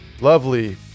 lovely